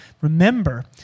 Remember